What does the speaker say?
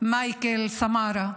מייקל סמארה.